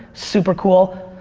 super cool.